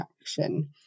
action